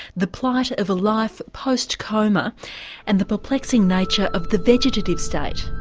the plight of a life post coma and the perplexing nature of the vegetative state.